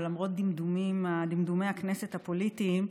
ולמרות דמדומי הכנסת הפוליטיים,